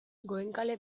goenkale